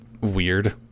weird